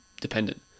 dependent